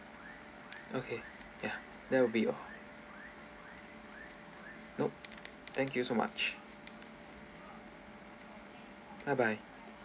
okay ya that will be all nope thank you so much bye bye